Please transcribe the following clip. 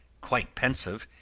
quite pensive,